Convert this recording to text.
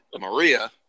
Maria